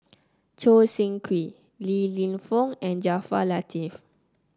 Choo Seng Quee Li Lienfung and Jaafar Latiff